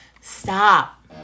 Stop